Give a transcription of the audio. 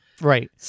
Right